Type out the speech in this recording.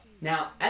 Now